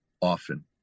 often